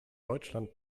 deutschland